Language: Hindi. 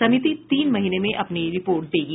समिति तीन महीने में अपनी रिपोर्टदेगी